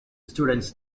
students